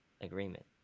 agreement